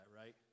right